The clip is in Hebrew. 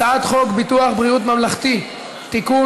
הצעת חוק ביטוח בריאות ממלכתי (תיקון,